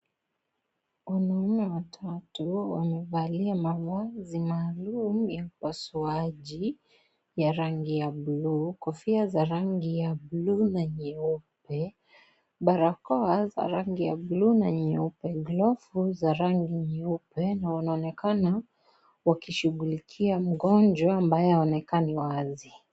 Wanaume watatu wamevalia mavazi maalum ya upasuaji ya rangi ya buluu, kofia za rangi ya buluu na nyeupe, barakoa za rangi ya buluu na nyeupe, glavu za rangi ya nyeupe na wanaonekana wakishughulikia mgonjwa ambaye haonekani wazi.